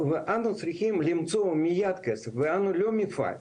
ואנחנו צריכים למצוא מיד כסף ואנחנו לא מפעל.